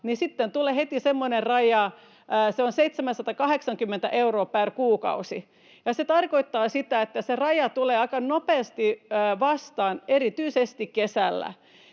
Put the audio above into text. tulee heti semmoinen raja, että se on 780 euroa per kuukausi. Se tarkoittaa sitä, että se raja tulee aika nopeasti vastaan erityisesti kesällä.